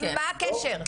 מה הקשר?